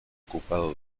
ocupado